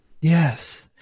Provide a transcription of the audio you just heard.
Yes